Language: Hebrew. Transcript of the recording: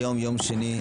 היום יום שני,